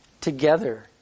together